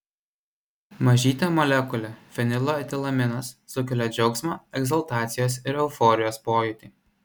mažytė molekulė fenilo etilaminas sukelia džiaugsmo egzaltacijos ir euforijos pojūtį